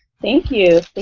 thank you